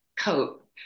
coat